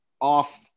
off